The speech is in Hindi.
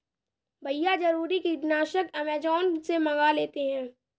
भैया जरूरी कीटनाशक अमेजॉन से मंगा लेते हैं